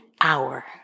hour